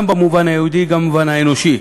גם במובן היהודי וגם במובן האנושי.